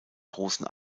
großen